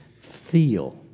feel